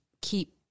keep